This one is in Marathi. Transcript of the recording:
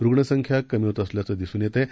रुग्णसंख्या कमी होत असल्याचं दिसून येत आहे